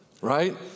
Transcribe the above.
right